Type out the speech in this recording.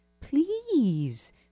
please